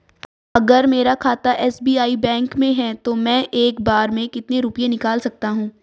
अगर मेरा खाता एस.बी.आई बैंक में है तो मैं एक बार में कितने रुपए निकाल सकता हूँ?